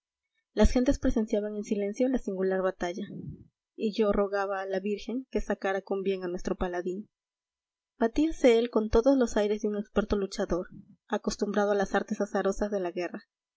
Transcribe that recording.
las gentes presenciaban en silencio la singular batalla y yo rogaba a la virgen que sacara con bien a nuestro paladín batíase él con todos los aires de un experto luchador acostumbrado a las artes azarosas de la guerra